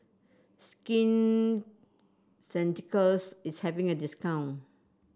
Skin Ceuticals is having a discount